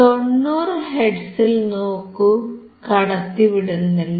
90 ഹെർട്സിൽ നോക്കൂ കടത്തിവിടുന്നില്ല